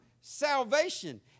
salvation